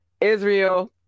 Israel